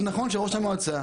התשפ"ב 2022